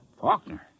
Faulkner